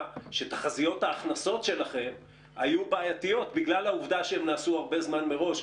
שתחזיות ההכנסות שלכם היו בעייתיות בגלל שהן נערכו הרבה זמן מראש,